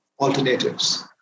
alternatives